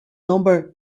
number